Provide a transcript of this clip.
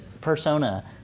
persona